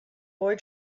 boy